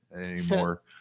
anymore